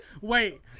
Wait